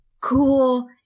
cool